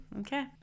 Okay